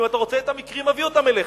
ואם אתה רוצה את המקרים, אביא אותם אליך.